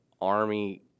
army